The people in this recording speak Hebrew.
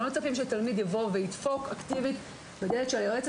אנחנו לא מצפים שתלמיד יבוא וידפוק אקטיבית בדלת של היועצת